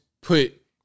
put